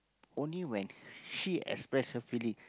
only when she express her feeling